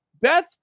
Beth